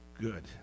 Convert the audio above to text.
Good